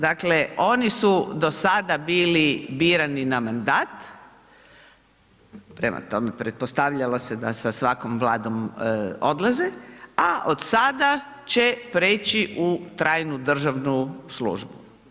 Dakle, oni su do sada bili birani na mandat, prema tome, pretpostavljalo se da sa svakom vladom odlaze, a od sada će preći u trajnu državnu službu.